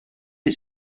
its